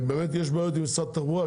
באמת יש בעיות עם משרד התחבורה,